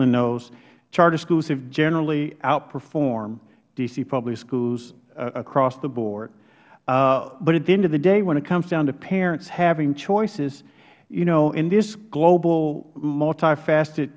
knows charter schools have generally outperformed d c public schools across the board but at the end of the day when it comes down to parents having choices you know in this global multifaceted